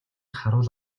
харуул